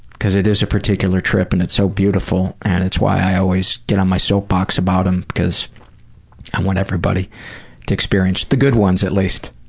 because it is a particular trip and it's so beautiful and it's why i always get on my soapbox about them, because i want everybody to experience the good ones, at least,